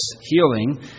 healing